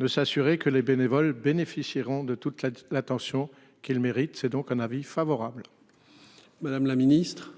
de s'assurer que les bénévoles bénéficieront de toute l'attention qu'il mérite. C'est donc un avis favorable. Madame la Ministre.